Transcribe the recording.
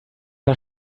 war